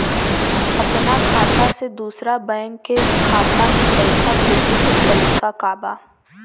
अपना खाता से दूसरा बैंक के खाता में पैसा भेजे के तरीका का बा?